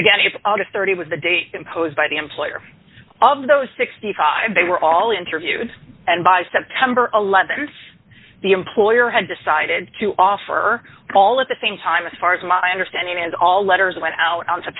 again is august thirty was the date imposed by the employer of those sixty five they were all interviewed and by september th the employer had decided to offer all at the same time as far as my understanding is all letters went out